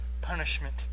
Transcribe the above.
punishment